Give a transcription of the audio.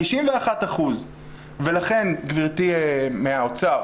91%. לכן, גברתי מהאוצר